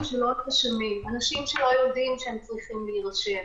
כל אדם שנכנס למדינת ישראל במעבר הגבול צריך להראות